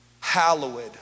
hallowed